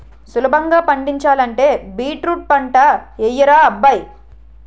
సులభంగా పండించాలంటే బీట్రూట్ పంటే యెయ్యరా అబ్బాయ్